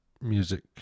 music